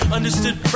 Understood